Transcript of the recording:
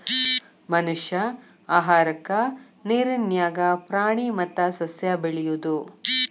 ಮನಷ್ಯಾ ಆಹಾರಕ್ಕಾ ನೇರ ನ್ಯಾಗ ಪ್ರಾಣಿ ಮತ್ತ ಸಸ್ಯಾ ಬೆಳಿಯುದು